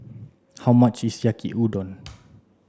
how much is Yaki Udon